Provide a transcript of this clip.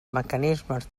mecanismes